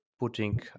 putting